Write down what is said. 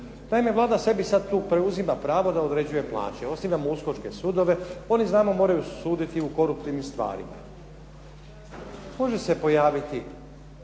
Naime, Vlada sebi sad tu preuzima pravo da određuje plaće. Osnivamo uskočke sudove. Oni znamo moraju suditi u koruptivnim stvarima. Može se pojaviti